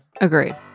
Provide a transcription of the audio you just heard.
Agreed